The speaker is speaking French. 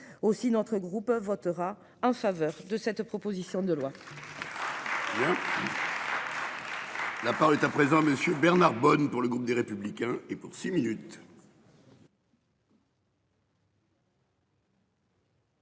aussi notre groupe votera en faveur de cette proposition de loi.